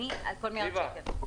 זיוה,